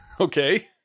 Okay